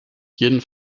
jeden